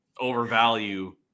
overvalue